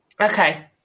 Okay